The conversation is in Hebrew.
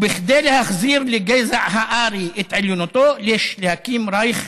כדי להחזיר לגזע הארי את עליונותו, יש להקים רייך